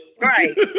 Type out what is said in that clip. right